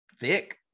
thick